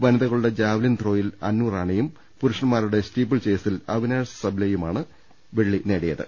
വനിതകളുടെ ജാവ്ലിൻ ത്രോയിൽ അന്നുറാണിയും പുരുഷന്മാരുടെ സ്റ്റീപ്പിൾ ചേസിൽ അവിനാഷ് സബ്ലേയുമാണ് വെള്ളി നേടിയത്